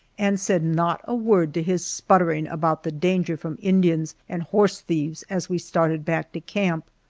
and said not a word to his sputtering about the danger from indians and horse thieves as we started back to camp.